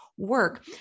work